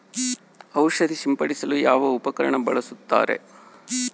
ಔಷಧಿ ಸಿಂಪಡಿಸಲು ಯಾವ ಉಪಕರಣ ಬಳಸುತ್ತಾರೆ?